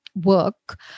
work